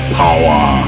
power